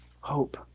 hope